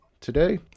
Today